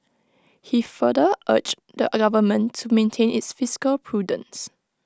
he further urged the government to maintain its fiscal prudence